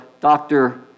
Dr